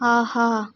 ஆஹா